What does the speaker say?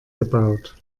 gebaut